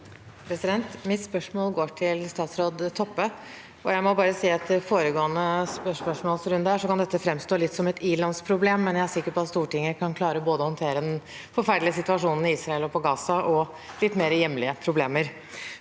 Mitt spørsmål går til statsråd Toppe. Jeg må bare si at etter foregående spørsmålsrunde kan dette framstå litt som et i-landsproblem, men jeg er sikker på at Stortinget kan klare å håndtere både den forferdelige situasjonen i Israel og på Gaza og litt mer hjemlige problemer.